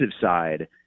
side